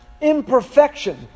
imperfection